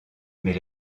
mais